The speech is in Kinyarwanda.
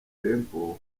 pompeo